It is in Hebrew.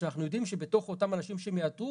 בגלל שאנחנו יודעים שבתוך אותם אנשים שהם יאתרו